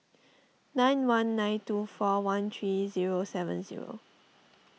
nine one nine two four one three zero seven zero